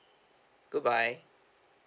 goodbye